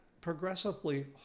progressively